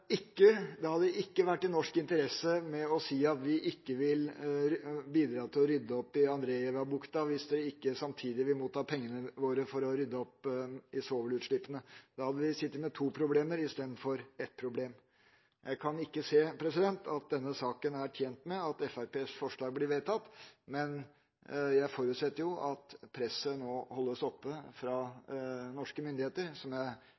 ikke vært i norsk interesse å si at vi ikke vil bidra til å rydde opp i Andrejevabukta hvis de ikke samtidig vil motta pengene våre for å rydde opp i svovelutslippene. Da hadde vi sittet med to problemer i stedet for ett. Jeg kan ikke se at denne saken er tjent med at Fremskrittspartiets forslag blir vedtatt, men jeg forutsetter jo at presset nå holdes oppe fra norske myndigheter, som jeg vet de jobber mye med. Eg er